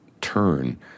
Turn